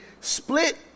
split